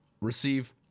receive